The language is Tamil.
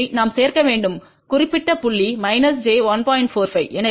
இதை நாம் சேர்க்க வேண்டும் குறிப்பிட்ட புள்ளி j 1